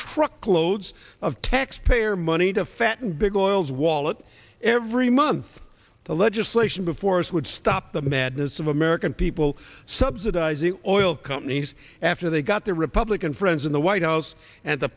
truckloads of taxpayer money to fatten big oil's wallet every month the legislation before us would stop the madness of american people subsidizing oil companies after they got the republican friends in the white house and the